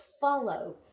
follow